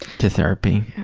to therapy.